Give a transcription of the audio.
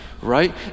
Right